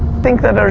think that